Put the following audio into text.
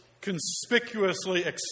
conspicuously